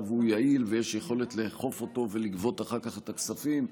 ויעיל ויש יכולת לאכוף אותו ולגבות אחר כך את הכספים,